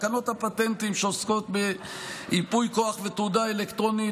תקנות הפטנטים שעוסקות בייפוי כוח ותעודה אלקטרונית,